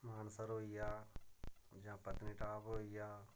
मानसर होई गेआ जां पत्नीटाप होई गेआ